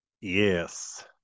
Yes